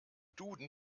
duden